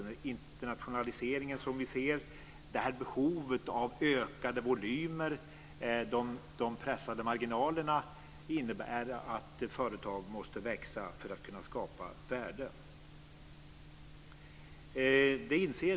Den internationalisering som vi ser och behovet av ökade volymer liksom de pressade marginalerna innebär att företag måste växa för att kunna skapa värden.